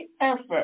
effort